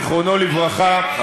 זיכרונו לברכה,